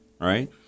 right